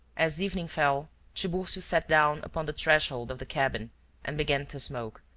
as evening fell tiburcio sat down upon the threshold of the cabin and began to smoke,